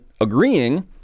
agreeing